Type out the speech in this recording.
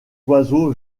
oiseau